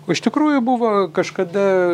o iš tikrųjų buvo kažkada